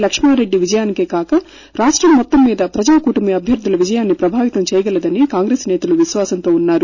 లక్ష్మారెడ్డి విజయానికే గాక రాష్టం మొత్తం మీద ప్రజా కూటమి అభ్యర్ధుల విజయాన్ని ప్రభావితం చేయగలదని కాంగ్రెస్ నేతలు విశ్వాసంతో ఉన్నారు